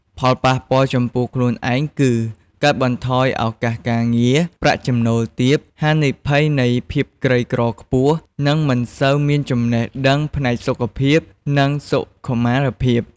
ផលប៉ះពាល់ចំពោះខ្លួនឯងគឺ កាត់បន្ថយឱកាសការងារ ប្រាក់ចំណូលទាប ហានិភ័យនៃភាពក្រីក្រខ្ពស់ និងមិនសូវមានចំណេះដឹងផ្នែកសុខភាព និងសុខុមាលភាព។